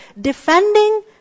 defending